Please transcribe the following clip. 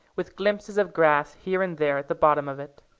with glimpses of grass here and there at the bottom of it.